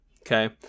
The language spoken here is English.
Okay